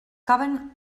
caben